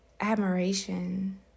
admiration